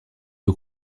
aux